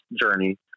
journey